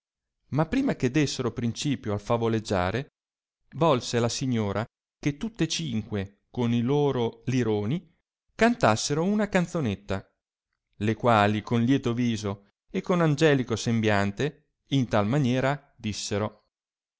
ma prima che dessero principio al favoleggiare volse la signora che tutte cinque con i loro lironi cantassero una canzonetta le quali con lieto viso e con angelico sembiante in tal maniera dissero